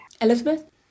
Elizabeth